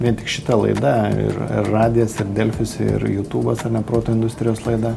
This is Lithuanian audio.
ne tik šita laida ir ir radijas ir delfi ir jutūbas ar ne proto industrijos laida